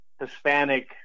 Hispanic